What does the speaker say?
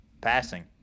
passing